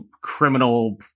criminal